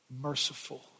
merciful